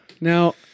now